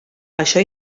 això